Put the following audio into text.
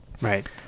right